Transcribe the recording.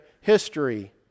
history